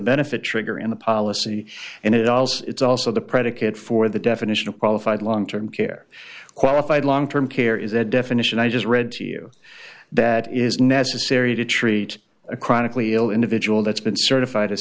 benefit trigger in the policy and it all's it's also the predicate for the definition of qualified long term care qualified long term care is a definition i just read to you that is necessary to treat a chronically ill individual that's been certified as